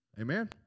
Amen